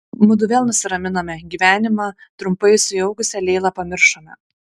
mudu vėl nusiraminome gyvenimą trumpai sujaukusią leilą pamiršome